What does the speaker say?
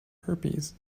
herpes